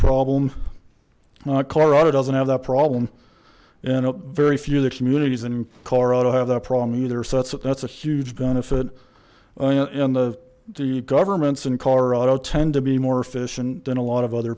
problem colorado doesn't have that problem and very few other communities and colorado have that problem either so that's that's a huge benefit in the governments in colorado tend to be more efficient in a lot of other